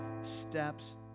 steps